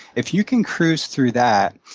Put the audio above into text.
if you can cruise through that,